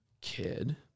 kid